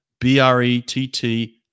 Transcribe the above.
B-R-E-T-T